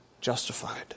justified